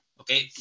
okay